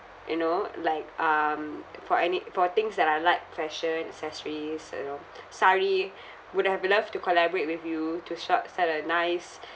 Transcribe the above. you know like um for any for things that I like fashion accessories you know saree would have love to collaborate with you to sha~ start a nice